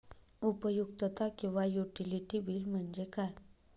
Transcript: उपयुक्तता किंवा utility bill म्हणजे काय?